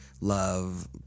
love